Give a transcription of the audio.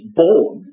born